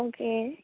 okay